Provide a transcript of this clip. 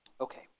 Okay